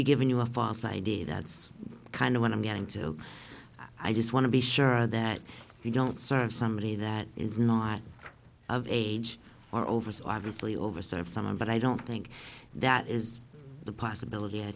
be giving you a false idea that's kind of want to get into i just want to be sure that you don't serve somebody that is not of age or over so obviously over serve some time but i don't think that is the possibility i